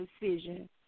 decision